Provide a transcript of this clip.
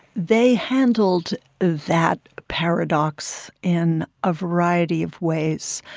they handled that paradox in a variety of ways.